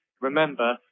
Remember